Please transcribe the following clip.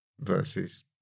versus